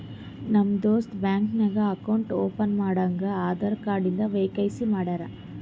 ನಮ್ ದೋಸ್ತ ಬ್ಯಾಂಕ್ ನಾಗ್ ಅಕೌಂಟ್ ಓಪನ್ ಮಾಡಾಗ್ ಆಧಾರ್ ಕಾರ್ಡ್ ಇಂದ ಕೆ.ವೈ.ಸಿ ಮಾಡ್ಯಾರ್